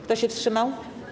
Kto się wstrzymał?